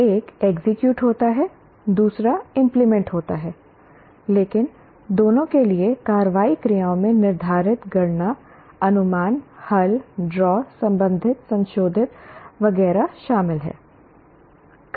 एक एग्जीक्यूट होता है दूसरा इंप्लीमेंट होता है लेकिन दोनों के लिए कार्रवाई क्रियाओं में निर्धारित गणना अनुमान हल ड्रा संबंधित संशोधित वगैरह शामिल हैं